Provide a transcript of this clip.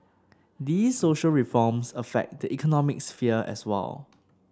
these social reforms affect the economic sphere as well